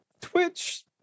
twitch